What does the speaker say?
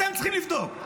אתם צריכים לבדוק.